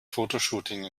fotoshooting